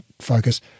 focus